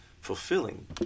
fulfilling